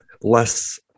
less